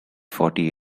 forty